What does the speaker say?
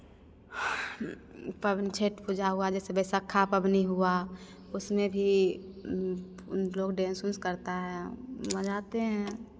पवनी छठ पूजा हुआ जैसे बैशाखा पवनी हुआ उसमें भी उन लोग डांस ऊंस करता है बजाते हैं